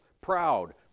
proud